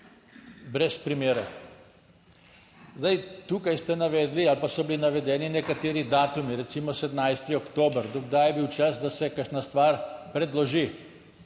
ste navedli ali pa so bili navedeni nekateri datumi, recimo 17. oktober, do kdaj je bil čas, da se kakšna stvar predloži,